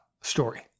story